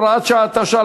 הוראת שעה),